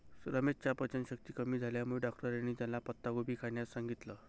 रमेशच्या पचनशक्ती कमी झाल्यामुळे डॉक्टरांनी त्याला पत्ताकोबी खाण्यास सांगितलं